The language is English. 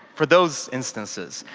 for those instances.